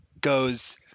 goes